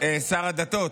שר הדתות,